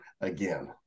again